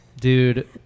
Dude